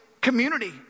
community